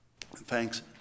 Thanks